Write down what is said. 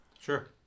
Sure